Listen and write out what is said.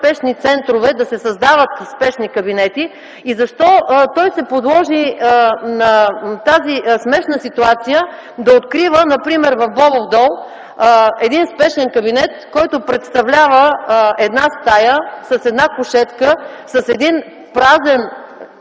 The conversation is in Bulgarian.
да се създават спешни кабинети и защо той се подложи на тази смешна ситуация да открива, например в Бобов дол, спешен кабинет, който представлява една стая с една кушетка, с един празен